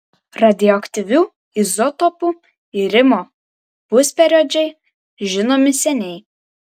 radioaktyvių izotopų irimo pusperiodžiai žinomi seniai